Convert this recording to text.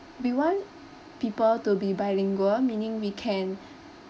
we want people to be bilingual meaning we can